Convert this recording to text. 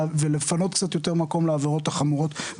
ולפנות קצת יותר מקום לעבירות החמורות,